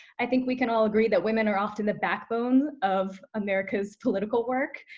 i think we can all agree that women are often the backbone of america's political work,